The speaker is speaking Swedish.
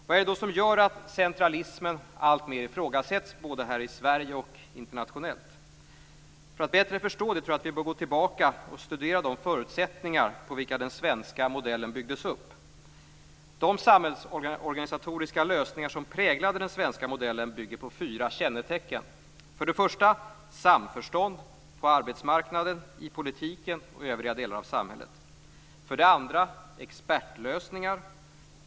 Vad är det då som gör att centralismen alltmer ifrågasätts både här i Sverige och internationellt? För att bättre förstå det tror jag att vi bör gå tillbaka och studera de förutsättningar på vilka den svenska modellen byggdes upp. De samhällsorganisatoriska lösningar som präglade den svenska modellen bygger på fyra kännetecken: 1. Samförstånd på arbetsmarknaden, i politiken och i övriga delar av samhället. 2. Expertlösningar.